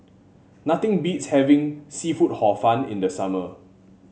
nothing beats having seafood Hor Fun in the summer